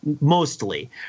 mostly